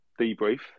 debrief